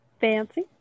Fancy